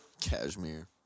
Cashmere